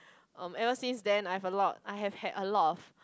um ever since then I have a lot I have had a lot of